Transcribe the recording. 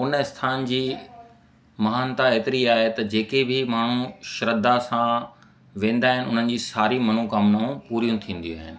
हुन स्थान जी महानता एतिरी आहे त जेके बि माण्हू श्रद्धा सां वेंदा आहिनि उन्हनि जी सारी मनोकामनाऊं पूरियूं थींदियूं आहिनि